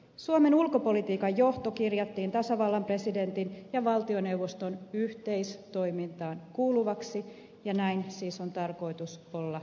suomen ulkopolitiikan johto kirjattiin tasavallan presidentin ja valtioneuvoston yhteistoimintaan kuuluvaksi ja näin siis on tarkoitus olla jatkossakin